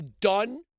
done